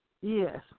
Yes